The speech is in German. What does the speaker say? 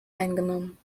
eingenommen